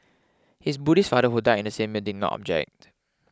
his Buddhist father who died in the same year did not object